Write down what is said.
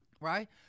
Right